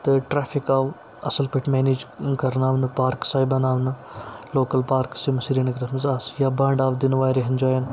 تہٕ ٹریفِک آو اَصٕل پٲٹھۍ میٚنیج کَرناونہٕ پارکٕس آیہِ بَناونہٕ لوکَل پارکٕس یِم سرینگرَس منٛز آسہٕ یا بانٛڈ آو دِنہٕ واریاہَن جایَن